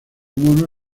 mono